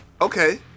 okay